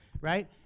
Right